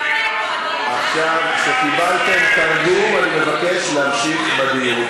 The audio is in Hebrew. עכשיו, כשקיבלתם תרגום, אני מבקש להמשיך בדיון.